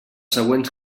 següents